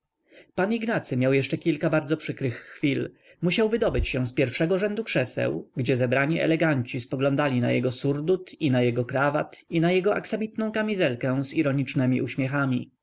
pan ignacy miał jeszcze kilka bardzo przykrych chwil musiał wydobyć się z pierwszego rzędu krzeseł gdzie zebrani eleganci spoglądali na jego surdut i na jego krawat i na jego aksamitną kamizelkę z ironicznemi uśmiechami